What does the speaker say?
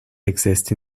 exist